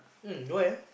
um why ah